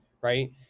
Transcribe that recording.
right